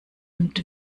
und